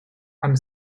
and